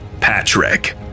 Patrick